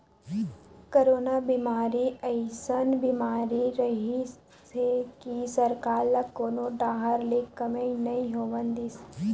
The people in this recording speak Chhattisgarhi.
करोना बेमारी अइसन बीमारी रिहिस हे कि सरकार ल कोनो डाहर ले कमई नइ होवन दिस